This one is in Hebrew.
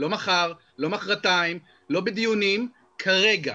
לא מחר, לא מחרתיים, לא בדיונים, כרגע.